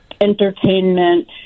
entertainment